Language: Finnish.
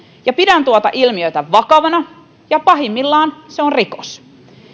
ja pidän tuota ilmiötä vakavana ja pahimmillaan se on rikos